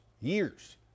years